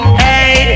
hey